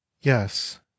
Yes